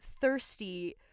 thirsty